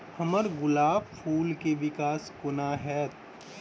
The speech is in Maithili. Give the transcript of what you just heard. हम्मर गुलाब फूल केँ विकास कोना हेतै?